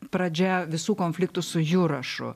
pradžia visų konfliktų su jurašu